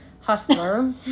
hustler